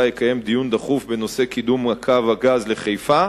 יקיים דיון דחוף בנושא קידום קו הגז לחיפה,